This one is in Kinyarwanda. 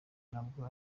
ntabwo